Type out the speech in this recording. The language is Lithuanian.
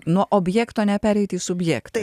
nuo objekto nepereiti į subjektą